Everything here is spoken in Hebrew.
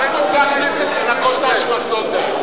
עוד מעט אני אשלח את עובדי הכנסת לנקות את ההשמצות האלה.